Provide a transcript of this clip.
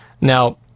Now